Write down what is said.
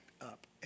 up